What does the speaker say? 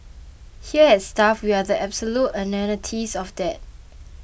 here at Stuff we are the absolute antithesis of that